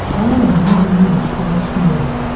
i am giving you the straight story,